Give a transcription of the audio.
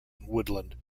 woodland